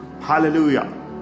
hallelujah